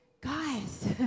guys